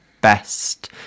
best